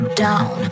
down